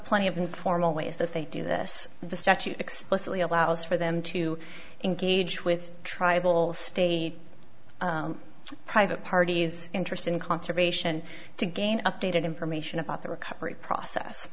plenty of informal ways that they do this the statute explicitly allows for them to engage with tribal state private parties interested in conservation to gain updated information about the recovery process